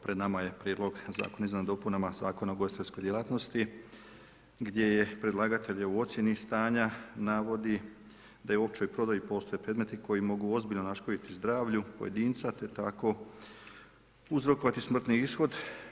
Pred nama je prijedlog zakona o izmjenama i dopunama Zakona o ugostiteljskoj djelatnosti gdje je predlagatelj u ocjeni stanja navodi da je u općoj prodaji postoje predmeti koji mogu ozbiljno naškoditi zdravlju pojedinca, te tako uzrokovati smrtni ishod.